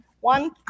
One